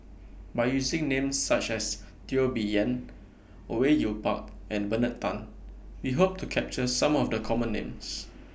By using Names such as Teo Bee Yen Au Yue Pak and Bernard Tan We Hope to capture Some of The Common Names